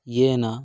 येन